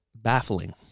baffling